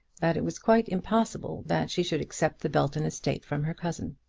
that it was quite impossible that she should accept the belton estate from her cousin.